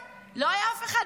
ככה,